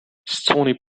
stony